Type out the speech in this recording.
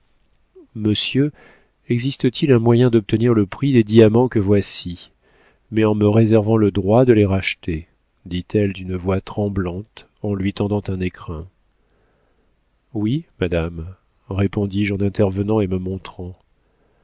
monsieur existe-t-il un moyen d'obtenir le prix des diamants que voici mais en me réservant le droit de les racheter dit-elle d'une voix tremblante en lui tendant un écrin oui madame répondis-je en intervenant et me montrant